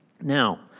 Now